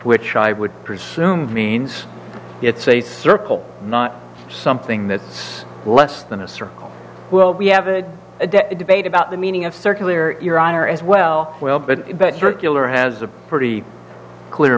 which i would presume means it's a circle not something that's less than a circle will we have a debate about the meaning of circular iran or as well well but that circular has a pretty clear